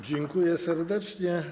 Dziękuję serdecznie.